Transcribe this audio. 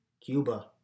Cuba